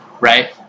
Right